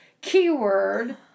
keyword